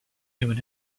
human